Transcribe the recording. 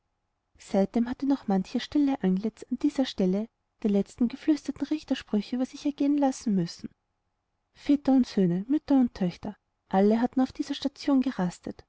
seitdem hatte noch manches stille antlitz an dieser stelle die letzten geflüsterten richtersprüche über sich ergehen lassen müssen väter und söhne mütter und töchter alle hatten auf dieser station gerastet